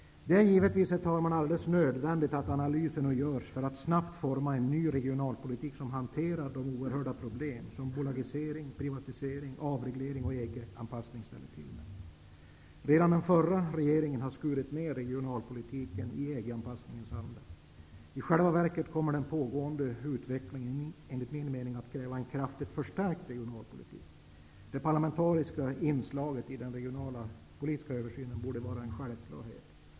Det är givetvis alldeles nödvändigt att det nu genomförs analyser för att snabbt forma en ny regionalpolitik som kan hantera de oerhörda problem som bolagisering, privatisering, avreglering och EG-anpassning ställer till med. Redan den förra regeringen skar ned i omfattningen av regionalpolitiken i EG anpassningens anda. I själva verket kommer, enligt min mening, den pågående utvecklingen att kräva en kraftigt förstärkt regionalpolitik. Det parlamentariska inslaget i den regionalpolitiska översynen borde vara en självklarhet.